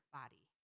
body